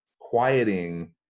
quieting